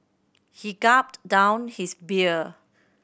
he gulped down his beer